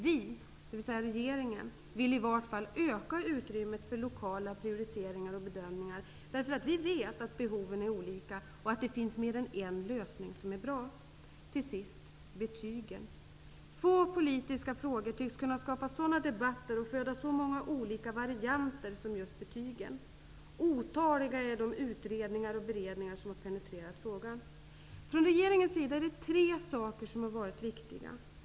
Vi, dvs. regeringen, vill i vart fall öka utrymmet för lokala prioriteringar och bedömningar, för vi vet att behoven är olika och att det finns mer än en lösning som är bra. Till sist -- betygen. Få politiska frågor tycks kunna skapa sådana debatter och föda så många olika varianter som just betygen. Otaliga är de utredningar och beredningar som penetrerat frågan. Från regeringens sida är det tre saker som har varit viktiga.